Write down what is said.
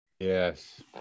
Yes